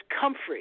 comfrey